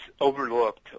overlooked